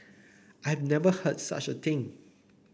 I've never heard of such a thing